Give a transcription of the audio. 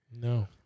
No